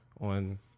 on